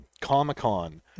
Comic-Con